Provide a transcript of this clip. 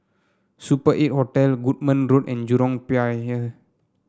Super Eight Hotel Goodman Road and Jurong Pier